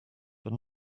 but